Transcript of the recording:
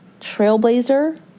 trailblazer